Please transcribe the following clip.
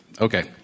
okay